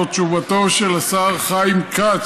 זאת תשובתו של השר חיים כץ,